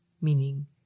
meaning